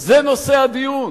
זה נושא הדיון.